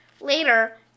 Later